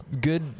good